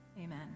Amen